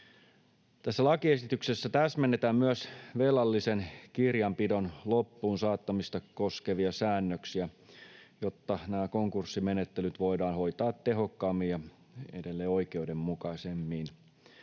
lakiesityksessä täsmennetään myös velallisen kirjanpidon loppuun saattamista koskevia säännöksiä, jotta nämä konkurssimenettelyt voidaan hoitaa tehokkaammin ja edelleen oikeudenmukaisemmin.